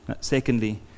Secondly